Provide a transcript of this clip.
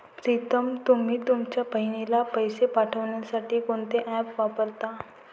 प्रीतम तुम्ही तुमच्या बहिणीला पैसे पाठवण्यासाठी कोणते ऍप वापरता?